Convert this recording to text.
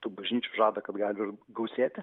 tų bažnyčių žada kad gali ir gausėti